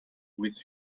with